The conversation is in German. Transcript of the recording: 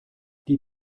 die